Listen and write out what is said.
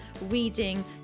reading